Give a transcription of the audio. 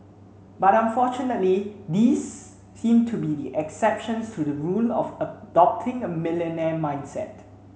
but unfortunately these seem to be the exceptions to the rule of adopting a millionaire mindset